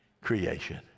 creation